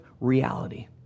reality